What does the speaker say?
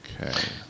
okay